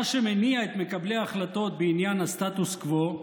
מה שמניע את מקבלי ההחלטות בעניין הסטטוס קוו,